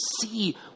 see